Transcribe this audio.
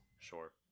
Sure